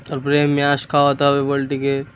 তার পরে ম্যাশ খাওয়াতে হবে পোলট্রিকে